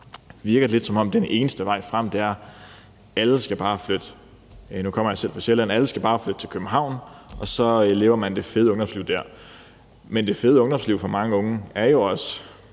– nu kommer jeg selv fra Sjælland – alle skal bare flytte til København, og så lever man det fede ungdomsliv der. Men det fede ungdomsliv for mange unge er jo også